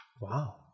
wow